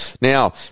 Now